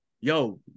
Yo